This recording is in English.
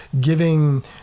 giving